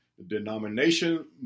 denomination